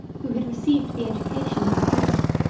who had received the education of a greek,